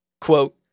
Quote